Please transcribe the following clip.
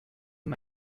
m’a